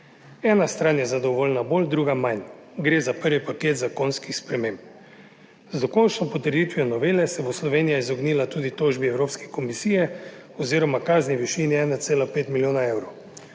Ena stran je zadovoljna bolj, druga manj, gre za prvi paket zakonskih sprememb. Z dokončno potrditvijo novele se bo Slovenija izognila tudi tožbi Evropske komisije oziroma kazni v višini 1,5 milijona evrov.